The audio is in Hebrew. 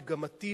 מגמתי,